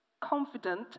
confident